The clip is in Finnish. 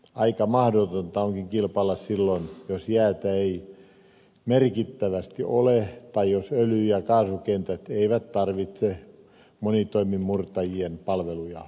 aika mahdotonta onkin kilpailla silloin jos jäätä ei merkittävästi ole tai jos öljy ja kaasukentät eivät tarvitse monitoimimurtajien palveluja